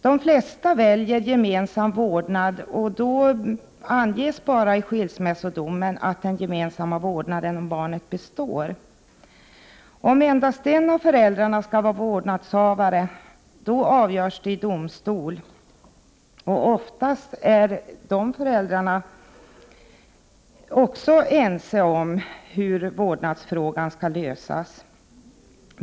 De flesta föräldrar väljer gemensam vårdnad, och då anges det bara i skilsmässodomen att den gemensamma vårdnaden om barnet består. Om endast en av föräldrarna skall vara vårdnadshavare avgörs detta i domstol. Oftast är föräldrarna även i dessa fall eniga om hur vårdnadsfrågan skall lösas.